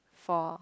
for